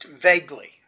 Vaguely